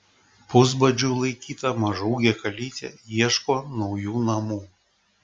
pusbadžiu laikyta mažaūgė kalytė ieško naujų namų